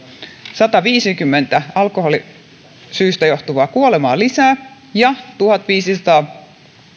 sataviisikymmentä alkoholisyistä johtuvaa kuolemaa lisää ja tuhatviisisataa